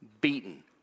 beaten